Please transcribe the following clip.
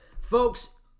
Folks